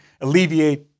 alleviate